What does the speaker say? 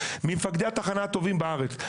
ממפקדי התחנה הטובים בארץ.